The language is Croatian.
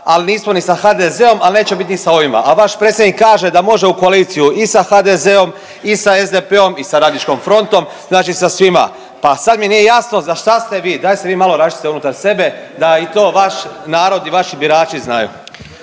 al nismo ni sa HDZ-om, al nećemo bit ni sa ovime, a vaš predsjednik kaže da može u koaliciju i sa HDZ-om i sa SDP-om i sa Radničkom frontom, znači sa svima. Pa sad mi nije jasno za šta ste vi, daj se vi malo raščistite unutar sebe da i to vaš narod i vaši birači znaju.